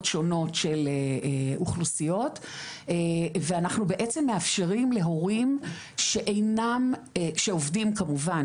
שונות של אוכלוסיות ואנחנו בעצם מאפשרים להורים שעובדים כמובן,